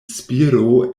spiro